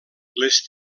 les